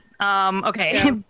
Okay